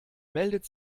meldet